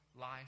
life